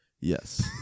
Yes